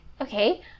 Okay